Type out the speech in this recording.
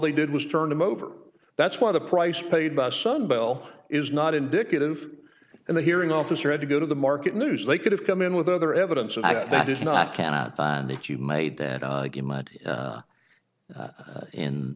they did was turn him over that's why the price paid by sun bell is not indicative and the hearing officer had to go to the market news they could have come in with other evidence of that is not cannot find that you made that much